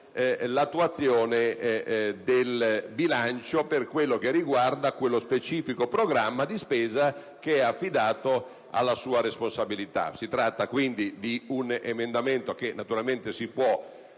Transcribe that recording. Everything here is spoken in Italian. l'attuazione del bilancio per quello che riguarda lo specifico programma di spesa affidato alla sua responsabilità. Si tratta, quindi, di un emendamento che naturalmente si può